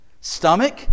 Stomach